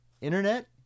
Internet